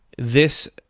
this.